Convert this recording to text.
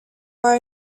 are